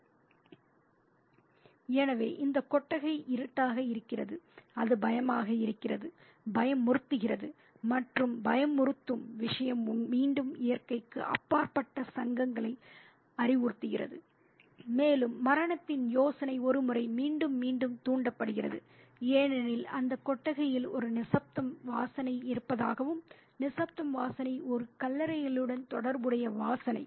" எனவே இந்த கொட்டகை இருட்டாக இருக்கிறது அது பயமாக இருக்கிறது பயமுறுத்துகிறது மற்றும் பயமுறுத்தும் விஷயம் மீண்டும் இயற்கைக்கு அப்பாற்பட்ட சங்கங்களை அறிவுறுத்துகிறது மேலும் மரணத்தின் யோசனை ஒரு முறை மீண்டும் மீண்டும் தூண்டப்படுகிறது ஏனெனில் அந்தக் கொட்டகையில் ஒரு நிசப்தம் வாசனை இருப்பதாகவும் நிசப்தம் வாசனை ஒரு கல்லறைகளுடன் தொடர்புடைய வாசனை